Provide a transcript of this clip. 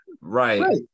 right